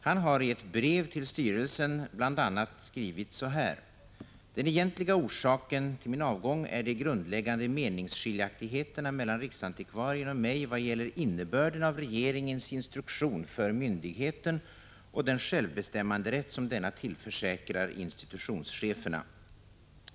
Han har i ett brev till styrelsen bl.a. skrivit: ”Den egentliga orsaken är de grundläggande meningsskiljaktigheterna mellan riksantikvarien och mig vad gäller innebörden av regeringens instruktion för myndigheten och den självbestämmanderätt som denna tillförsäkrar institutionscheferna.